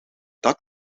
dat